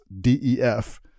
DEF